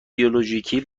بیولوژیکی